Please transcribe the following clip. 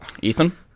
Ethan